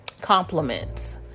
compliments